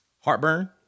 heartburn